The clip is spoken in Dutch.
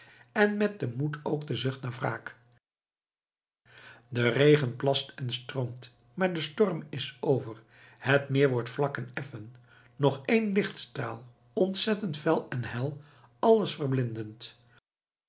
en met den moed ook de zucht naar wraak de regen plast en stroomt maar de storm is over het meer wordt vlak en effen nog één lichtstraal ontzettend fel en hel alles verblindend